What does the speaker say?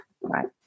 Right